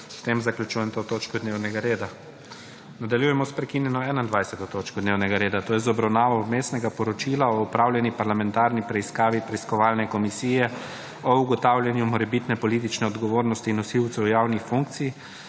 S tem zaključujem to točko dnevnega reda. Nadaljujemo s prekinjeno21. točko dnevnega reda, to je z obravnavo Vmesnega poročila o opravljeni parlamentarni preiskavi Preiskovalne komisije o ugotavljanju morebitne politične odgovornosti nosilcev javnih funkcij